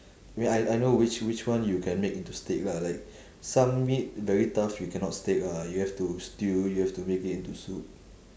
I mean I I know which which one you can make into steak lah like some meat very tough you cannot steak ah you have to stew you have to make it into soup